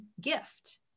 gift